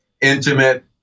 intimate